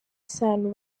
isano